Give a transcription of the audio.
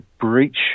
breach